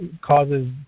causes